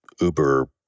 uber